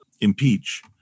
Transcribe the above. impeach